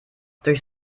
durch